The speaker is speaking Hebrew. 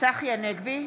צחי הנגבי,